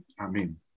Amen